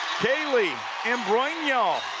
kaley imbrogno.